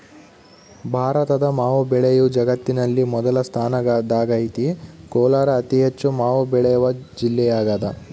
ಭಾರತದ ಮಾವು ಬೆಳೆಯು ಜಗತ್ತಿನಲ್ಲಿ ಮೊದಲ ಸ್ಥಾನದಾಗೈತೆ ಕೋಲಾರ ಅತಿಹೆಚ್ಚು ಮಾವು ಬೆಳೆವ ಜಿಲ್ಲೆಯಾಗದ